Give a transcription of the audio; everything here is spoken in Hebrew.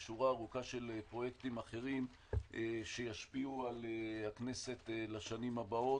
ועוד שורה ארוכה של פרויקטים אחרים שישפיעו על הכנסת לשנים הבאות.